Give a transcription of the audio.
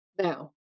Now